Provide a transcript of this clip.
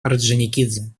орджоникидзе